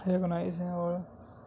recognise ہیں اور